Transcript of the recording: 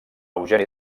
eugeni